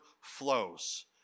flows